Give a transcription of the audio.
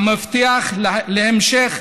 המבטיח את המשך